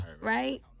right